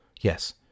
Yes